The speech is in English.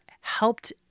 helped